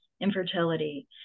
infertility